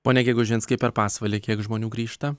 pone gegužinskai per pasvalį kiek žmonių grįžta